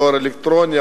דואר אלקטרוני,